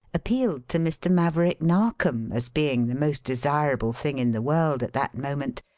appealed to mr. maverick narkom as being the most desirable thing in the world at that moment,